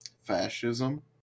Fascism